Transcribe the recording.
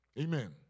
Amen